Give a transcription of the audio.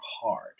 hard